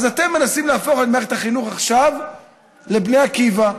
אז אתם מנסים להפוך את מערכת החינוך עכשיו לבני עקיבא,